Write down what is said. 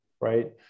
Right